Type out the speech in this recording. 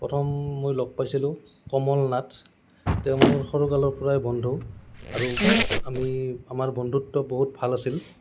প্ৰথম মই লগ পাইছিলোঁ কমল নাথ তেওঁ মোৰ সৰুকালৰপৰাই বন্ধু আৰু আমি আমাৰ বন্ধুত্ব বহুত ভাল আছিল